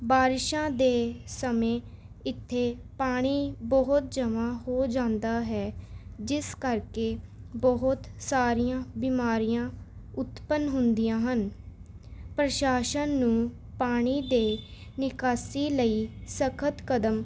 ਬਾਰਿਸ਼ਾਂ ਦੇ ਸਮੇਂ ਇੱਥੇ ਪਾਣੀ ਬਹੁਤ ਜਮ੍ਹਾਂ ਹੋ ਜਾਂਦਾ ਹੈ ਜਿਸ ਕਰਕੇ ਬਹੁਤ ਸਾਰੀਆਂ ਬਿਮਾਰੀਆਂ ਉਤਪੰਨ ਹੁੰਦੀਆਂ ਹਨ ਪ੍ਰਸ਼ਾਸਨ ਨੂੰ ਪਾਣੀ ਦੇ ਨਿਕਾਸੀ ਲਈ ਸਖਤ ਕਦਮ